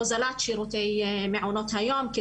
הוזלת שירותי מעונות היום,